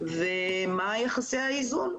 ומה יחסי האיזון,